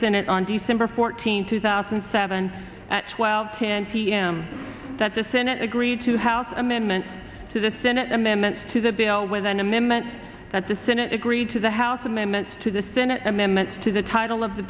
senate on december fourteenth two thousand and seven at twelve ten p m that the senate agreed to house amendment to the senate amendment to the bill with an amendment that the senate agreed to the house amendments to the senate amendment to the title of the